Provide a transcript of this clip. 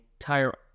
Entire